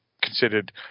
considered